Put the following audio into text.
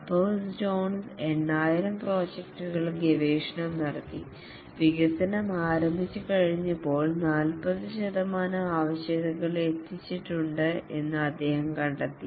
Capers Jones 8000 പ്രോജക്ടുകളിൽ ഗവേഷണം നടത്തി വികസനം ആരംഭിച്ചുകഴിഞ്ഞപ്പോൾ 40 ശതമാനം ആവശ്യകതകൾ എത്തിയിട്ടുണ്ടെന്ന് അദ്ദേഹം കണ്ടെത്തി